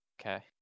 Okay